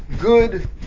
good